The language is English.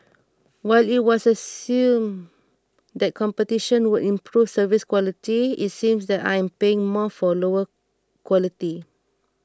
while it was assumed that competition would improve service quality it seems that I am paying more for lower quality